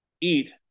eat